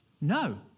No